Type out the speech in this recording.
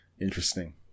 Interesting